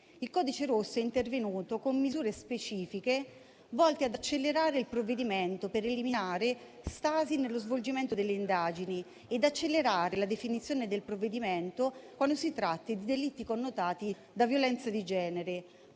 il codice rosso è intervenuto con misure specifiche volte ad accelerare il provvedimento per eliminare stasi nello svolgimento delle indagini e accelerare la definizione del provvedimento quando si tratti di delitti connotati da violenza di genere.